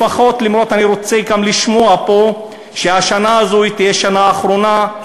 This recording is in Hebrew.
לפחות אני רוצה גם לשמוע פה שהשנה הזאת תהיה השנה האחרונה.